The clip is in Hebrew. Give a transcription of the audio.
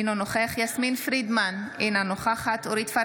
אינו נוכח יסמין פרידמן, אינה נוכחת